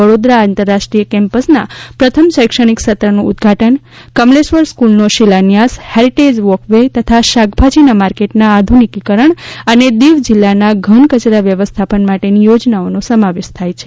વડોદરા આંતરરાષ્ટ્રીય કેમ્પસ દીવના પ્રથમ શૈક્ષણિક સત્રનું ઉદ્દઘાટન કમલેશ્વર સ્કુલનો શિલાન્યાસ હેરીટેજ વોક વે તથા શાકભાજી માર્કેટના આધુનિકરણ અને દિવ જિલ્લાના ઘન કચરા વ્યવસ્થાપન માટેની યોજનાઓનો સમાવેશ થાય છે